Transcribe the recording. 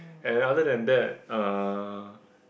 and other than that uh